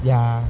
ya